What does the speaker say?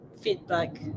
feedback